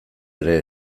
ere